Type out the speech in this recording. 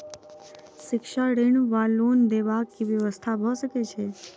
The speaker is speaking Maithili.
शिक्षा ऋण वा लोन देबाक की व्यवस्था भऽ सकै छै?